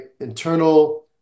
internal